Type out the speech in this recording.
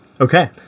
Okay